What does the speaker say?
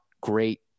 great